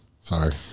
Sorry